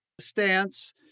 stance